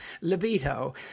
libido